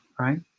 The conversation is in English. right